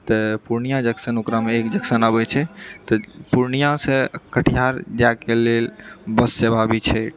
तऽ पूर्णिया जक्शन ओकरामे एक जक्शन आबैत छै पूर्णियासँ कटिहार जाएके लेल बस सेवा भी छै